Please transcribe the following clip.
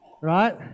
Right